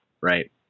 right